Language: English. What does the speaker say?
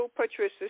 Patricia